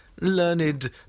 Learned